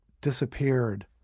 disappeared